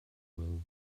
world